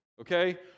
Okay